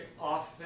often